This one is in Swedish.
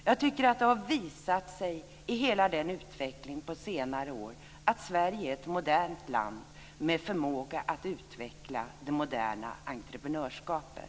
Jag tycker att det har visat sig i hela den utveckling som har varit på senare år att Sverige är ett modernt land med förmåga att utveckla det moderna entreprenörskapet.